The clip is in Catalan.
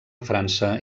frança